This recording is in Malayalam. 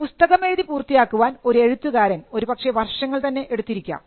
ഒരു പുസ്തകം എഴുതി പൂർത്തിയാക്കുവാൻ ഒരു എഴുത്തുകാരൻ ഒരുപക്ഷേ വർഷങ്ങൾ തന്നെ എടുത്തിരിക്കാം